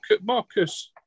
Marcus